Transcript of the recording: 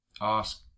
ask